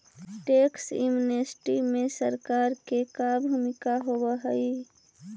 tax amnesty में सरकार के का भूमिका होव हई